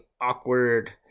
awkward